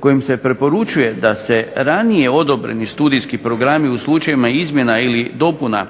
kojim se preporučuje da se ranije odobreni studijski programi u slučajevima izmjena ili dopuna,